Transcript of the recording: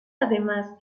además